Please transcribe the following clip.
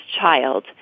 child